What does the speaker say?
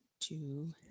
two